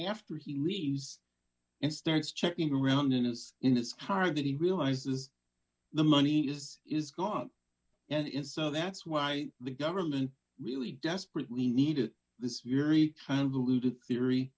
after he leaves and starts checking around in his in his car that he realizes the money is is gone and so that's why the government really desperately needed this very kind of alluded theory